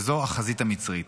וזו החזית המצרית.